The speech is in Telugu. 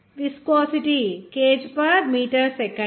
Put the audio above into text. viscosity kg per metre second